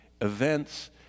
events